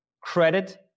Credit